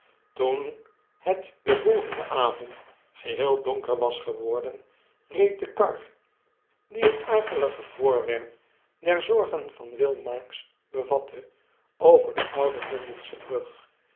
toen het den volgenden avond geheel donker was geworden reed de kar die het akelige voorwerp der zorgen van will marks bevatte over de oude londensche brug